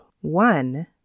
One